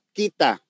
kita